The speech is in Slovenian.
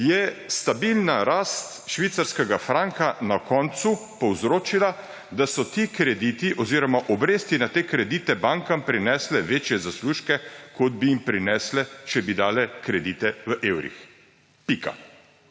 je stabilna rast švicarskega franka na koncu povzročila, da so ti krediti ozirom obresti na te kredite bankam prinesle večje zaslužke, kot bi jim prinesle, če bi dale kredite v evrih. Pika.